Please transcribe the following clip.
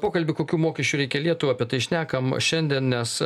pokalbį kokių mokesčių reikia lietuva apie tai šnekam šiandien nes